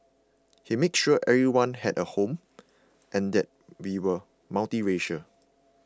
he made sure everyone had a home and that we were multiracial